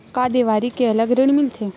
का देवारी के अलग ऋण मिलथे?